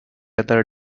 other